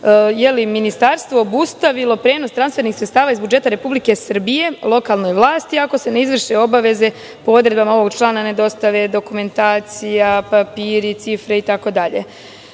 da bi ministarstvo obustavilo prenos transfernih sredstava iz budžeta Republike Srbije lokalnoj vlasti, ako se ne izvrše obaveze po odredbama ovog člana, ne dostave dokumentacija, papiri, cifre itd. Ne